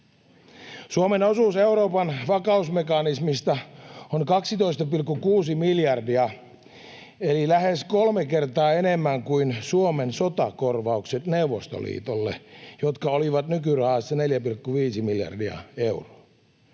Suomen osuus Euroopan vakausmekanismista on 12,6 miljardia eli lähes kolme kertaa enemmän kuin Suomen sotakorvaukset Neuvostoliitolle, jotka olivat nykyrahassa 4,5 miljardia euroa.